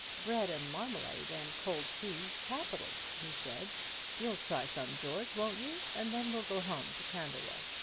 bread and marmalade and cold tea's capital, he said you'll try some, george, won't you? and then we'll go home to camberwell.